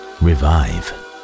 revive